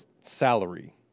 salary